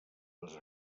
les